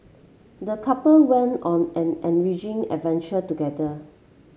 the couple went on an enriching adventure together